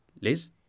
Liz